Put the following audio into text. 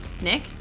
Nick